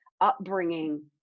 upbringing